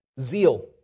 zeal